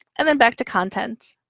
and then back to content.